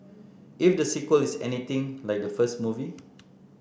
if the sequel is anything like the first movie